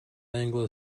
anglo